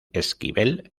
esquivel